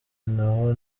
nabo